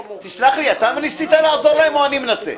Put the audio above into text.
תסלח לי, אתה ניסית לעזור להם או אני מנסה?